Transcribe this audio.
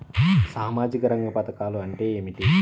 సామాజిక రంగ పధకాలు అంటే ఏమిటీ?